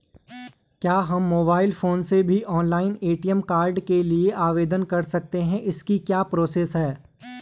क्या हम mobile phone से भी ऑनलाइन ए.टी.एम कार्ड के लिए आवेदन कर सकते हैं इसकी क्या प्रोसेस है?